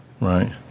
right